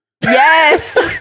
Yes